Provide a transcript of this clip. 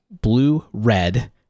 blue-red